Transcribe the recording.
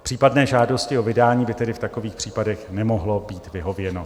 Případné žádosti o vydání by tedy v takových případech nemohlo být vyhověno.